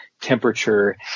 temperature